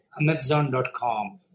Amazon.com